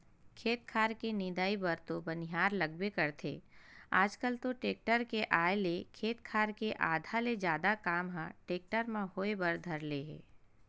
खेत खार के निंदई बर तो बनिहार लगबे करथे आजकल तो टेक्टर के आय ले खेत खार के आधा ले जादा काम ह टेक्टर म होय बर धर ले हे